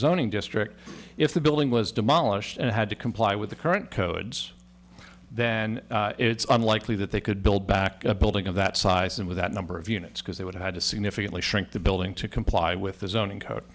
zoning district if the building was demolished and had to comply with the current codes then it's unlikely that they could build back a building of that size and with that number of units because they would have had to significantly shrink the building to comply with the zoning co